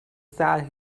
said